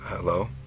Hello